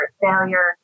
failure